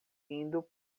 indo